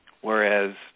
whereas